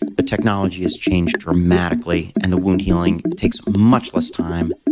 the technology has changed dramatically and the wound healing takes much less time,